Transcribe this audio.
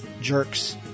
jerks